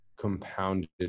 compounded